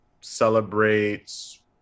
celebrates